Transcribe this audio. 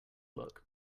look